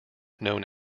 known